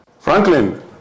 Franklin